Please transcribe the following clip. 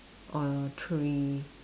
or three